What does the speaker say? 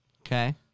Okay